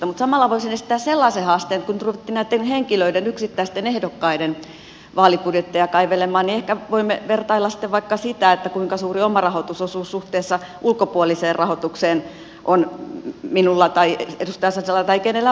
mutta samalla voisin esittää sellaisen haasteen että kun nyt ruvettiin näitten henkilöiden yksittäisten ehdokkaiden vaalibudjetteja kaivelemaan niin ehkä voimme vertailla sitten vaikka sitä kuinka suuri omarahoitusosuus suhteessa ulkopuoliseen rahoitukseen on minulla tai edustaja sasilla tai kenellä vain